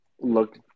look